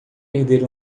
perder